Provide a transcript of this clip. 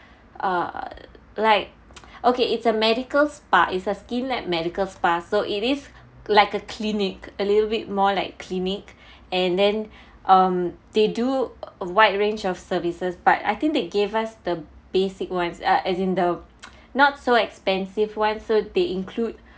uh like okay it's a medical spa is a skin lab medical spa so it is like a clinic a little bit more like clinic and then um they do a wide range of services but I think they gave us the basic ones uh as in the not so expensive [one] so they include